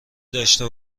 داشته